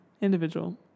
Individual